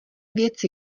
věci